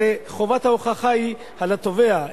הרי חובת ההוכחה היא על התובע.